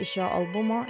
iš šio albumo